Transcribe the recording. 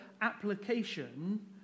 application